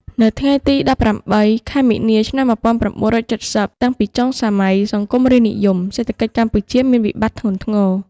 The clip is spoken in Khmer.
ថ្ងៃទី១៨ ខែមីនា ឆ្នាំ ១៩៧០ តាំងពីចុងសម័យសង្គមរាស្រ្តនិយម សេដ្ឋកិច្ចកម្ពុជាមានវិបត្តិធ្ងន់ធ្ងរ។